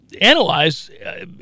analyze